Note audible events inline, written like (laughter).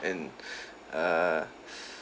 and (breath) err